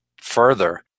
further